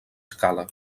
escala